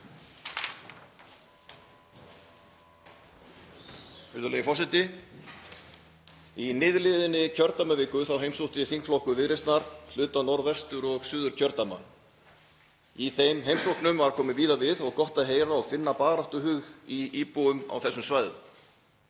Virðulegi forseti. Í nýliðinni kjördæmaviku heimsótti þingflokkur Viðreisnar hluta Norðvestur- og Suðurkjördæma. Í þeim heimsóknum var komið víða við og gott að heyra og finna baráttuhug í íbúum á þessum svæðum.